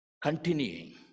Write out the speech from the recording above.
continuing